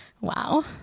Wow